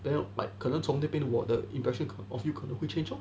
then like 可能从那边我我的 impression of you 可能会 changed lor